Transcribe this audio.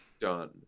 done